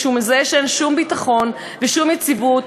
כשהוא מזהה שאין שום ביטחון ושום יציבות,